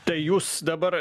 tai jūs dabar